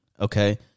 Okay